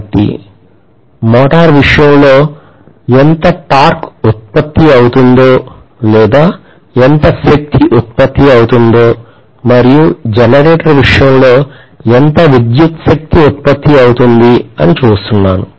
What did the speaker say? కాబట్టి మోటారు విషయంలో ఎంత టార్క్ ఉత్పత్తి అవుతుందో లేదా ఎంత శక్తి ఉత్పత్తి అవుతుందో మరియు జనరేటర్ విషయంలో ఎంత విద్యుత్ శక్తి ఉత్పత్తి అవుతుంది అని చూస్తున్నాను